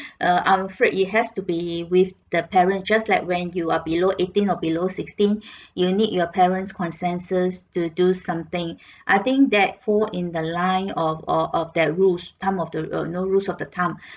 err I'm afraid it has to be with the parents just like when you are below eighteen or below sixteen you need your parents consensus to do something I think that fall in the line of of of that rules thumb of the err no rules of the thumb